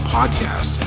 Podcast